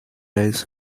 eyes